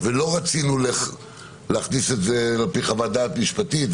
ולא רצינו להכניס את זה על פי חוות דעת משפטית,